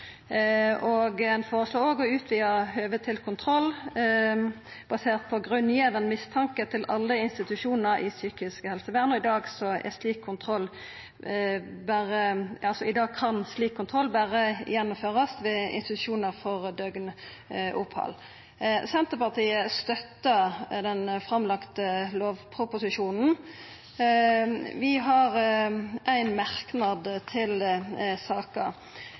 helsevern. Ein føreslår òg å «utvide høvet til kontroll basert på grunngjeven mistanke til alle institusjonar i psykisk helsevern». I dag kan slik kontroll berre gjennomførast under døgnopphald ved institusjonar. Senterpartiet støttar den framlagde lovproposisjonen. Vi har ein merknad til